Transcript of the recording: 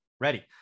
ready